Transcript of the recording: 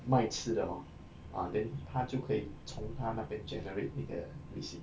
卖吃的 hor ah then 她就可以从他那边 generate 那个 receipt